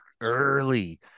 Early